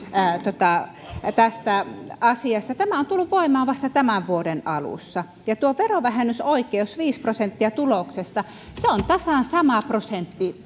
tästä asiasta tämä on tullut voimaan vasta tämän vuoden alussa ja tuo verovähennysoikeus viisi prosenttia tuloksesta on tasan sama prosentti